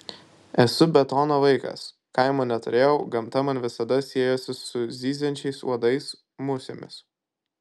esu betono vaikas kaimo neturėjau gamta man visada siejosi su zyziančiais uodais musėmis